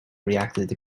reacted